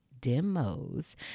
demos